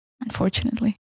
Unfortunately